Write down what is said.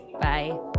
Bye